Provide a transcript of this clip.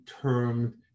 termed